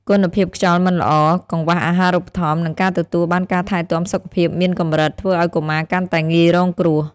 គុណភាពខ្យល់មិនល្អ កង្វះអាហារូបត្ថម្ភ និងការទទួលបានការថែទាំសុខភាពមានកម្រិត ធ្វើឱ្យកុមារកាន់តែងាយរងគ្រោះ។